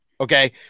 okay